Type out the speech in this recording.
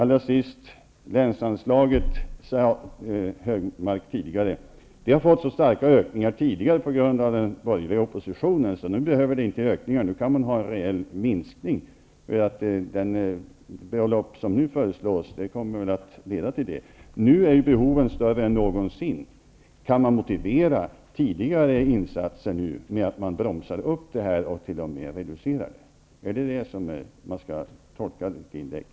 Allra sist: Anders G Högmark nämnde länsanslaget. Det har varit så stora ökningar tidigare tack vare den borgerliga oppositionen, att det nu inte behövs någon ökning. Nu kan man genomföra en rejäl minskning. Det belopp som nu föreslås kommer faktiskt att innebära det. Men nu är behoven större än någonsin. Skall man med tidigare insatser motivera det faktum att man nu bromsar upp ökningen och t.o.m. reducerar anslaget? Är det så vi skall tolka Anders G